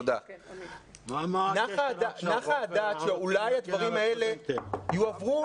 נחה הדעת שאולי הדברים האלה יועברו